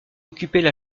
occupaient